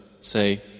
say